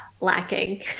lacking